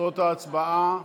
תוצאות ההצבעה: